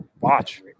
Watch